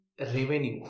revenue